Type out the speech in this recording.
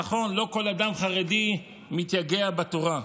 נכון, לא כל אדם חרדי מתייגע בתורה,